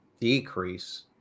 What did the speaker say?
decrease